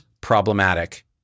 problematic